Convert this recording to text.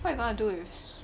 what you gonna do with